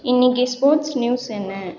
இன்னிக்கு sports news என்ன